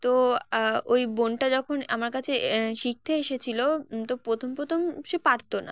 তো ওই বোনটা যখন আমার কাছে শিখতে এসেছিলো তো প্রথম প্রথম সে পারত না